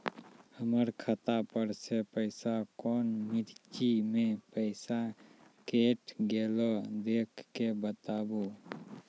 हमर खाता पर से पैसा कौन मिर्ची मे पैसा कैट गेलौ देख के बताबू?